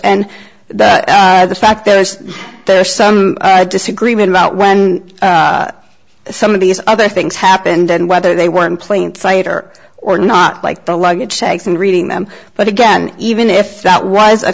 and that the fact there was there's some disagreement about when some of these other things happened and whether they were in plain sight or or not like the luggage tags and reading them but again even if that was a